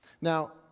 Now